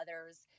others